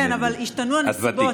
כן, אבל השתנו הנסיבות.